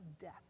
death